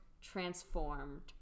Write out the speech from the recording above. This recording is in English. transformed